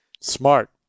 Smart